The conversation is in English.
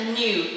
new